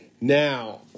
Now